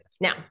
Now